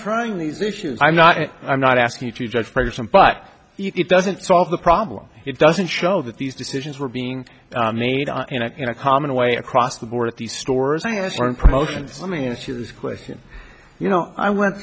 trying these issues i'm not i'm not asking you to judge progress on but it doesn't solve the problem it doesn't show that these decisions were being made in a common way across the board at the stores i have a firm promotion let me ask you this question you know i went